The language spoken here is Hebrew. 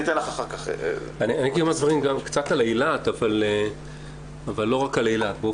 אני הייתי אומר גם כמה דברים קצת על אילת אבל לא רק על אילת.